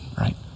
right